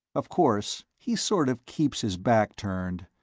of course, he sort of keeps his back turned,